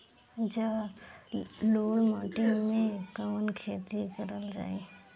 जलोढ़ माटी में कवन खेती करल जाई?